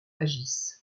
agissent